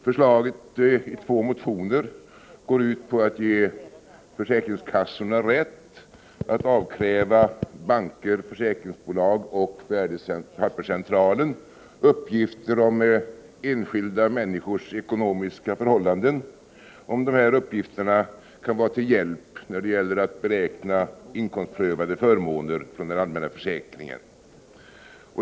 Förslaget i två motioner går ut på att ge försäkringskassorna rätt att avkräva banker, försäkringsbolag och Värdepapperscentralen uppgifter om Prot. 1985/86:82 enskilda människors ekonomiska förhållanden, om uppgifterna kan vara till 19 februari 1986 hjälp när det gäller att beräkna inkomstprövade förmåner från den allmänna försäkringen.